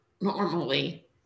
normally